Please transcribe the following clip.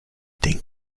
denken